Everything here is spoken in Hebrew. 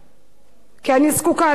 כי אני זקוקה לעוזר שלי,